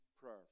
prayer